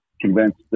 convinced